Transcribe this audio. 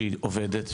שהיא עובדת,